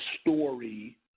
story